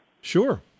Sure